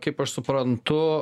kaip aš suprantu